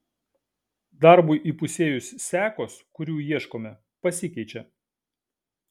darbui įpusėjus sekos kurių ieškome pasikeičia